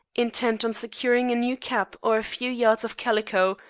intent on securing a new cap or a few yards of calico,